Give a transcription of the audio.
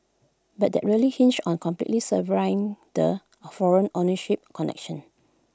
but that really hinges on completely severing the foreign ownership connection